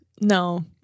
No